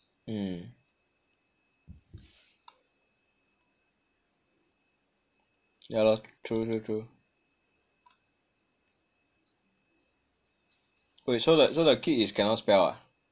mm yah lor true true true wait so the so the kid is cannot spell ah